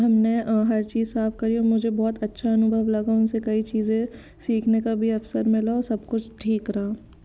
हमने हर चीज साफ करी और मुझे बहुत अच्छा अनुभव लगा उनसे कई चीज़ें सिखने का भी अवसर मिला और सब कुछ ठीक रहा